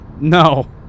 No